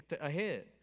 ahead